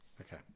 Okay